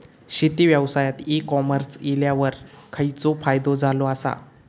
शेती व्यवसायात e commerce इल्यावर खयचो फायदो झालो आसा?